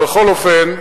בכל אופן,